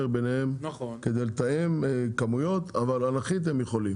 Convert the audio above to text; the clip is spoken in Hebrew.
ביניהם כדי לתאם כמויות אבל אנכית הם יכולים.